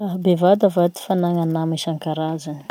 Raha bevata va ty fanagna nama isankaraza?